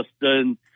Justin